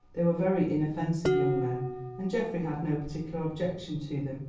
they were very inoffensive young men and geoffrey had no particular objection to them.